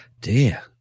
dear